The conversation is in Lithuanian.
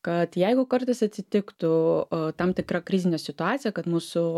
kad jeigu kartais atsitiktų tam tikra krizinė situacija kad mūsų